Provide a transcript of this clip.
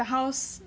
the house